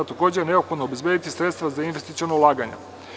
Takođe je neophodno obezbediti sredstva za investiciono ulaganje.